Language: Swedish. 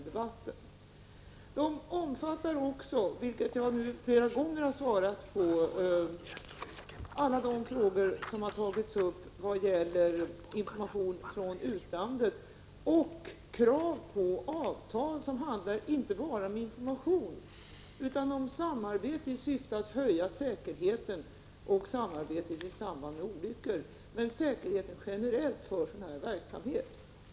Den omfattar också, vilket jag flera gånger nu sagt, alla de frågor som har tagits upp vad gäller information från utlandet och krav på avtal inte bara om information utan om samarbete i syfte att höja säkerheten och om samarbete i samband med olyckor samt säkerhet generellt för en sådan verksamhet.